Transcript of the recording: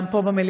גם פה,